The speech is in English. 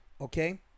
Okay